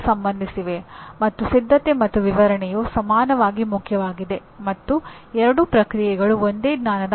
ಒಬ್ಬರು ಎಷ್ಟೇ ಸುಂದರವಾದ ಉತ್ಪನ್ನವನ್ನು ವಿನ್ಯಾಸಗೊಳಿಸಿದರೂ ಅದು ಮಾರುಕಟ್ಟೆಯ ಪ್ರವೃತ್ತಿಗೆ ಅನುಗುಣವಾಗದಿದ್ದರೆ ಉತ್ಪನ್ನವು ಮಾರುಕಟ್ಟೆಯಲ್ಲಿ ಸ್ವೀಕಾರವಾಗುವುದಿಲ್ಲ